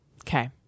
okay